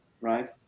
right